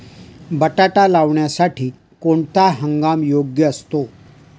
बटाटा लावण्यासाठी कोणता हंगाम योग्य असतो?